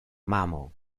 mamo